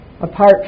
apart